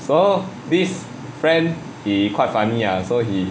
so this friend he quite funny ah so he